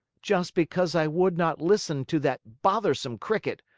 just because i would not listen to that bothersome cricket,